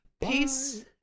peace